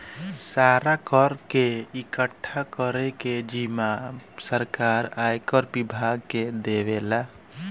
सारा कर के इकठ्ठा करे के जिम्मा सरकार आयकर विभाग के देवेला